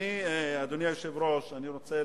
אדוני היושב-ראש, אני רוצה